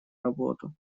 работу